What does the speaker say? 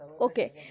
Okay